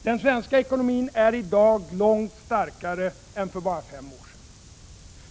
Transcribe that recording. Den svenska ekonomin är i dag långt starkare än för bara fem år sedan.